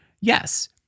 Yes